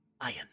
iron